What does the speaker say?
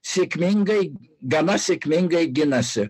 sėkmingai gana sėkmingai ginasi